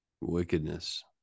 wickedness